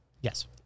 Yes